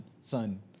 son